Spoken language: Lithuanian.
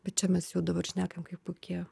bet čia mes jau dabar šnekam kaip kokie